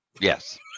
Yes